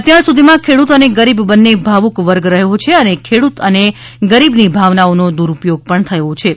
અત્યાર સુધીમાં ખેડૂતઅને ગરીબ બંને ભાવુક વર્ગ રહ્યો છે અને ખેડૂત અને ગરીબની ભાવનાઓનો દુડુપયોગ પણ થયોછે